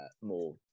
more